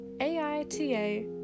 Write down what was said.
A-I-T-A